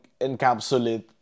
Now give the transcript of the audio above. encapsulate